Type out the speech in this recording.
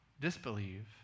disbelieve